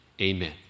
Amen